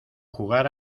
jugar